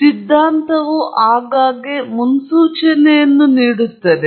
ಆದ್ದರಿಂದ ಯಾವ ಸಿದ್ಧಾಂತವು ಆಗಾಗ್ಗೆ ಮುನ್ಸೂಚನೆಯನ್ನು ಮಾಡುತ್ತದೆ